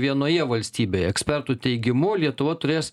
vienoje valstybėje ekspertų teigimu lietuva turės